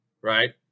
right